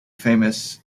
famous